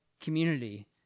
community